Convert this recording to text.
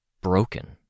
Broken